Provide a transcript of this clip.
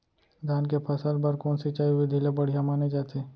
धान के फसल बर कोन सिंचाई विधि ला बढ़िया माने जाथे?